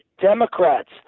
Democrats